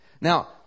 Now